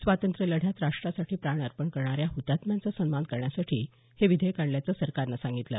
स्वातंत्र्यलढ्यात राष्ट्रासाठी प्राण अर्पण करणाऱ्या ह्तात्म्यांचा सन्मान करण्यासाठी हे विधेयक आणल्याचं सरकारनं सांगितलं